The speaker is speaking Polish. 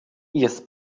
jest